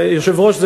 היושב-ראש,